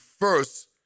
first